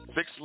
Fix